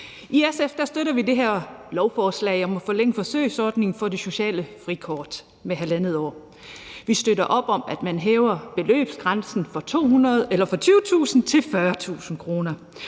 I SF støtter vi det her lovforslag om at forlænge forsøgsordningen for det sociale frikort med halvandet år. Vi støtter op om, at man hæver beløbsgrænsen fra 20.000 til 40.000 kr.,